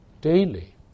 Daily